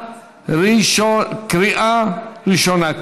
בקריאה ראשונה.